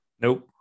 Nope